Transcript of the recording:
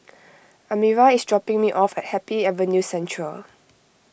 Elmira is dropping me off at Happy Avenue Central